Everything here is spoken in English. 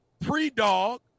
pre-dog